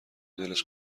دلش